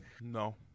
No